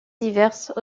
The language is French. diverses